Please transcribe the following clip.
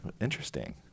Interesting